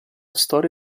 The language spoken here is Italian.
storia